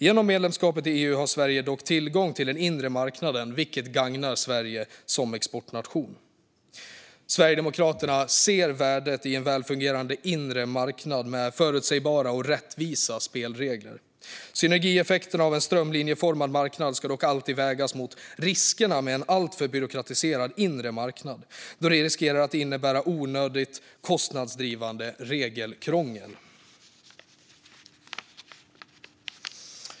Genom medlemskapet i EU har Sverige tillgång till den inre marknaden. Det gagnar Sverige som exportnation. Sverigedemokraterna ser värdet av en välfungerande inre marknad med förutsägbara och rättvisa spelregler. Synergieffekterna av en strömlinjeformad marknad ska dock alltid vägas mot riskerna med en alltför byråkratiserad inre marknad då det riskerar att innebära onödigt kostnadsdrivande regelkrångel.